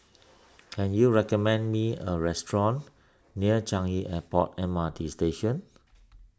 can you recommend me a restaurant near Changi Airport M R T Station